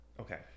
okay